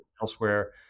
elsewhere